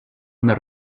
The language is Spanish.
una